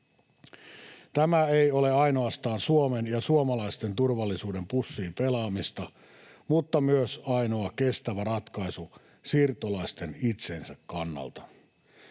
Tämä ei ole ainoastaan Suomen ja suomalaisten turvallisuuden pussiin pelaamista vaan myös ainoa kestävä ratkaisu siirtolaisten itsensä kannalta.